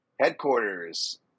Headquarters